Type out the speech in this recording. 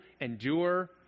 endure